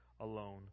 alone